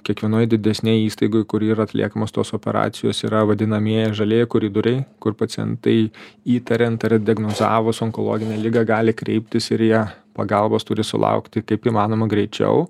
kiekvienoj didesnėj įstaigoj kur yra atliekamos tos operacijos yra vadinamieji žalieji koridoriai kur pacientai įtariant ar diagnozavus onkologinę ligą gali kreiptis ir jie pagalbos turi sulaukti kaip įmanoma greičiau